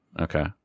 Okay